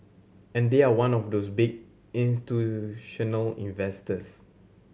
and they are one of those big institutional investors